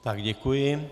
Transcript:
Tak děkuji.